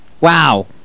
Wow